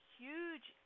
huge